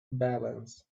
balance